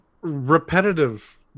repetitive